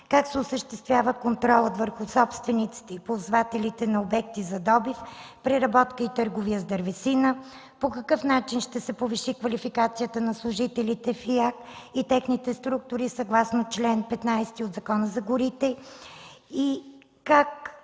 Как се осъществява контролът върху собствениците и ползвателите на обекти за добив, преработка и търговия с дървесина? По какъв начин ще се повиши квалификацията на служителите в Изпълнителна агенция по горите и нейните структури, съгласно чл. 15 от Закона за горите?